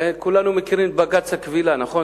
כולנו מכירים את בג"ץ הכבילה, נכון?